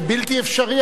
זה בלתי אפשרי,